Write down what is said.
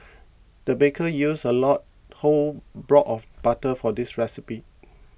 the baker used a lot whole block of butter for this recipe